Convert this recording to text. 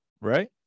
right